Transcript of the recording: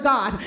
God